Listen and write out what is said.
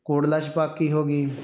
ਕੋਟਲਾ ਛਪਾਕੀ ਹੋ ਗਈ